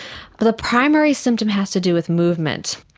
but the primary symptom has to do with movement.